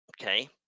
okay